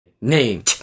Name